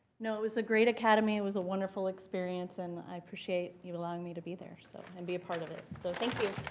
no. it was a great academy. it was a wonderful experience. and i appreciate you allowing me to be there, so, and be a part of it. so thank you.